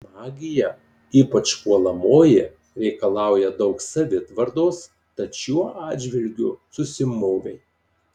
magija ypač puolamoji reikalauja daug savitvardos tad šiuo atžvilgiu susimovei